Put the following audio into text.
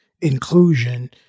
inclusion